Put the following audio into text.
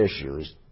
issues